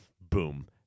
Boom